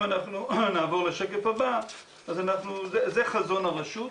אם אנחנו נעבור לשקף הבא, זה חזון הרשות.